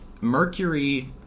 Mercury